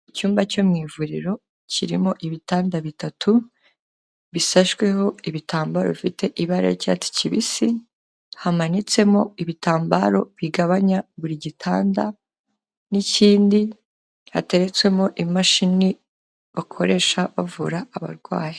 Icyumba cyo mu ivuriro, kirimo ibitanda bitatu bisashweho ibitambaro bifite ibara ry'icyatsi kibisi, hamanitsemo ibitambaro bigabanya buri gitanda n'ikindi, hateretsemo imashini bakoresha bavura abarwayi.